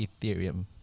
Ethereum